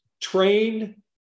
trained